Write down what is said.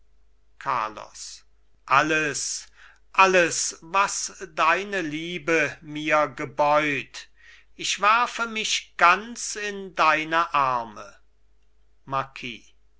carlos alles alles was deine liebe mir gebeut ich werfe mich ganz in deine arme